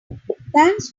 thanks